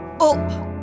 up